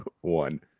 One